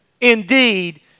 indeed